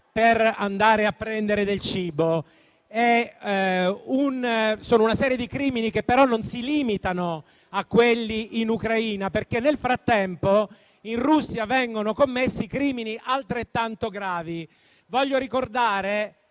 per andare a prendere del cibo. La serie di crimini, però, non si limita a quelli compiuti in Ucraina, perché nel frattempo in Russia vengono commessi crimini altrettanto gravi. Voglio ricordare